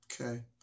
Okay